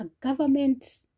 government